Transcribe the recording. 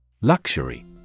Luxury